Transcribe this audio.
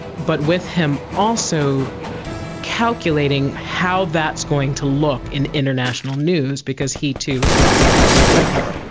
but with him also calculating how that's going to look in international news because he too was prosecuting the cold war.